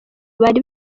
bari